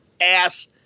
ass